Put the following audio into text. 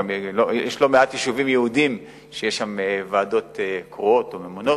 יש לא מעט יישובים יהודיים שיש בהם ועדות קרואות או ממונות.